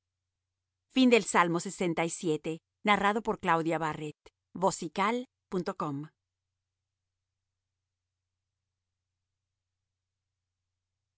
al músico principal salmo de